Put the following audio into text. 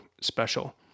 special